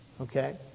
Okay